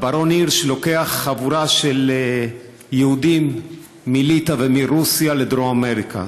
הברון הירש לוקח חבורה של יהודים מליטא ומרוסיה לדרום אמריקה,